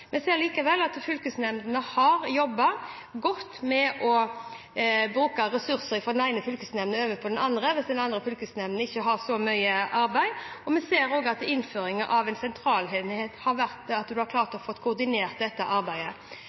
Vi ser likevel at fylkesnemndene har jobbet godt ved å overføre ressurser fra den ene fylkesnemnda til en annen hvis en av fylkesnemndene ikke har så mye arbeid. Vi ser også at innføringen av en sentralenhet har gjort at man har klart å koordinere dette arbeidet.